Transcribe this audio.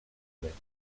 drets